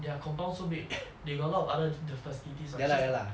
their compound so big they got a lot of other facilities [what] so it's like